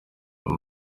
uwo